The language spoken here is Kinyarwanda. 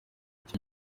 icyo